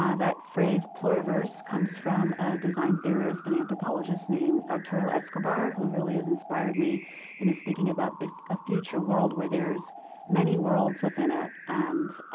um that phrase pluriverse comes from a design theorist and anthropologist named arturo escobar who really has inspired me in his thinking about a future world where there's many worlds within it. and